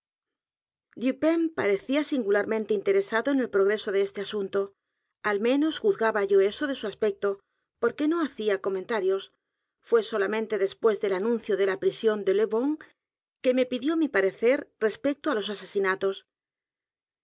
dupin parecía singularmente interesado en el p r o greso de este asunto al menos juzgaba yo eso de su aspecto porque no hacía comentarios fué solamente después del anuncio de la prisión de le bon que me pidió mi parecer respecto á los asesinatos